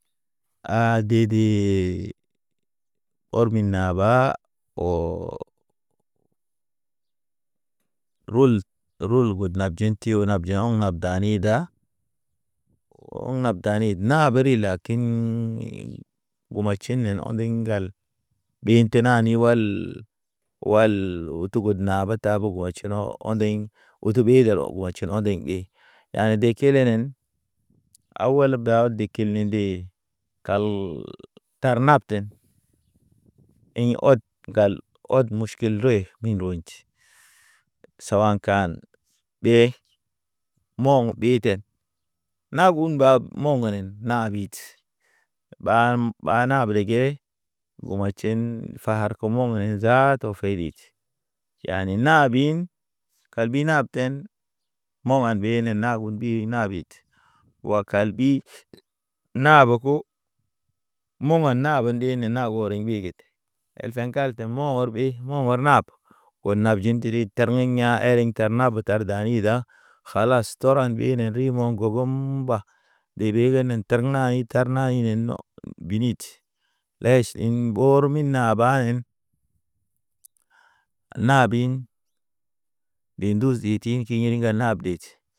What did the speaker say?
A dede ɔrmi naɓa ɔ, rul, rul god nabjenti o nabja ɔŋ nab dani da, ɔŋ danid na ɓeri lakin. Guma tʃenen ɔndiŋ ŋgal, ɓe tenani wal, wal oto gud naba ta. Tabogo ɔtʃi nɔ ɔndiŋ, oto ɓe dalaw watʃiŋ ɔndiŋ ɓe. Yane de kelenen, awal ba dekil ne de kal tar napten. Ḭ ɔd gal ɔd muʃkil re min ronje. Sawakan ɓe, mɔŋ ɓeten. Na gug mbab mɔŋgenen nahabi, ɓam, ɓa na brige. Gumatʃen far komɔŋ zaata ofay did, yani nabin kalbi napten. Mɔŋ an be ne nahu bi nabit wa kal bi naboko. Mɔŋ ha na ɓendi ne na ore mbigit. Elfḭka ke mo̰ ɔr ɓe, mo̰ ɔr nap, o nap jin tiriŋ ter ḛŋ ya̰ ereŋ ter nabe tar dani da. Kalas tɔr aŋgwine rimo̰ ŋgɔbem ba, ɗebe genen terna i, terna inen biniti. Leʃ in ɓor min nabahen nabin bi ndus tiŋ kiŋ nap det.